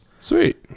Sweet